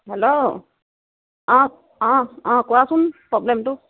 hello অঁ অঁ অঁ কোৱাচোন প্ৰব্লেমটো